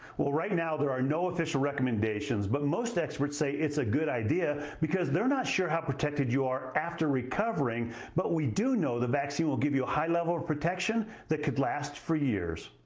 right now there are no official recommendations but most experts say it's a good idea because they're not sure how protected you are after recovering but we do know the vaccine will give you a high level of protection that could last for years.